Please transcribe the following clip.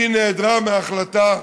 היא נעדרה מההחלטה,